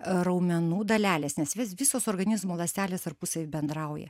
raumenų dalelės nes vis visos organizmo ląstelės tarpusavy bendrauja